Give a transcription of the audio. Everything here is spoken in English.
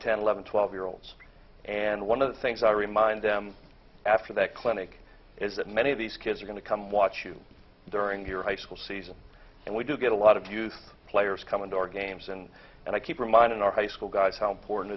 ten eleven twelve year olds and one of the things i remind them after that clinic is that many of these kids are going to come watch you during your high school season and we do get a lot of youth players coming to our games and and i keep reminding our high school guys how important